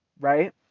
right